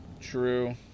True